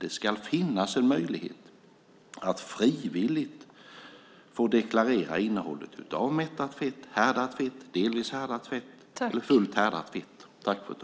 Det ska finnas en möjlighet att frivilligt deklarera innehållet av mättat fett, härdat fett, delvis härdat fett och fullt härdat fett.